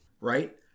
right